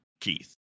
keith